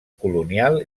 colonial